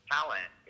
talent